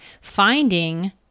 finding